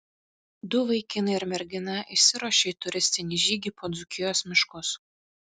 du vaikinai ir mergina išsiruošia į turistinį žygį po dzūkijos miškus